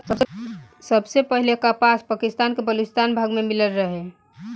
सबसे पहिले कपास पाकिस्तान के बलूचिस्तान भाग में मिलल रहे